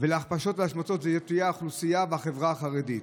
ולהכפשות והשמצות תהיה האוכלוסייה החרדית.